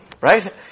Right